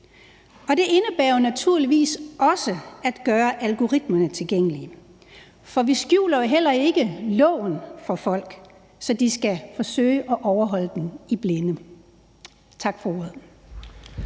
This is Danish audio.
Det indebærer jo naturligvis også at gøre algoritmerne tilgængelige. For vi skjuler jo heller ikke loven for folk, så de skal forsøge at overholde den i blinde. Tak for ordet.